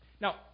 Now